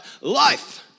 life